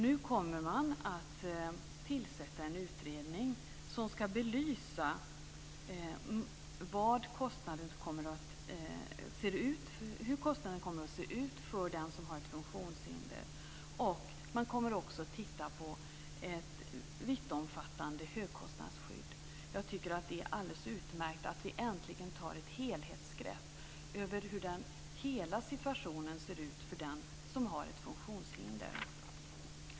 Nu kommer man att tillsätta en utredning som ska belysa hur det kostnadsmässigt kommer att se ut för den som har ett funktionshinder. Man kommer också att titta på ett vittomfattande högkostnadsskydd. Jag tycker att det är alldeles utmärkt att vi äntligen tar ett helhetsgrepp i fråga om hur hela situationen ser ut för den som har ett funktionshinder.